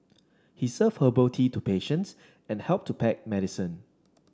he served herbal tea to patients and helped to pack medicine